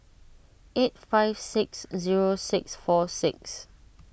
eight five six zero six four six